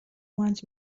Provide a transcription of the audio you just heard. wants